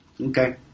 Okay